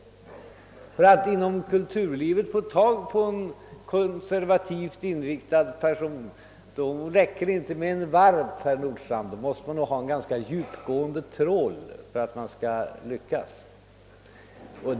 För att man inom kulturlivet skall få tag på en konservativt inriktad person räcker det inte med en varp, utan man måste använda en ganska djupgående trål för att lyckas.